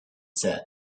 said